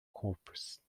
corpse